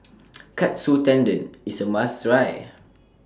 Katsu Tendon IS A must Try